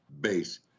base